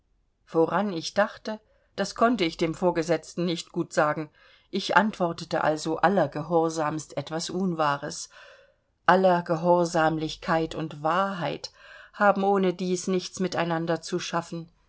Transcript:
woran ich dachte das konnte ich dem vorgesetzten nicht gut sagen ich antwortete also allergehorsamst etwas unwahres allergehorsamlichkeit und wahrheit haben ohnedies nichts miteinander zu schaffen